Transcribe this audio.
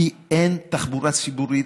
כי אין תחבורה ציבורית,